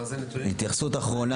מה זה נתונים אמפיריים?